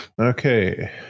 Okay